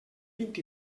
vint